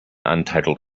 untitled